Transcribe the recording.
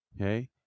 Okay